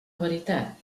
veritat